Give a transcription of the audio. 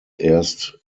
erst